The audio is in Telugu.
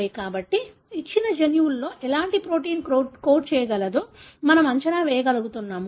కాబట్టి ఇచ్చిన జన్యువులో ఎలాంటి ప్రోటీన్ కోడ్ చేయగలదో మనం అంచనా వేయగలుగుతాము